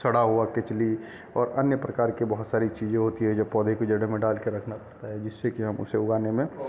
सड़ा हुआ खिचड़ी और अन्य प्रकार के बहुत सारी चीज़ें होती है जो पौधे की जड़ों में डाल कर रखना चाहिए जिससे कि हम उसे उगाने में